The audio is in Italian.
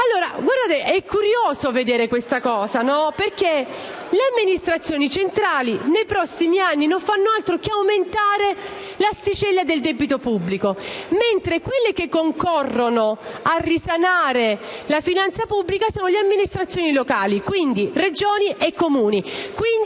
È curioso vedere che nei prossimi anni le amministrazioni centrali non faranno altro che aumentare l'asticella del debito pubblico, mentre quelle che concorrono a risanare la finanza pubblica sono le amministrazioni locali, cioè Regioni e Comuni.